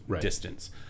distance